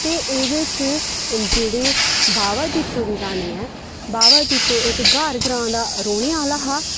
ते एह्दे च जेह्ड़े बावा जित्तो दी क्हानी ऐ बावा जित्तो इक ग्हार ग्रांऽ दा रौह्ने आह्ला हा